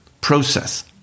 process